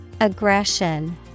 Aggression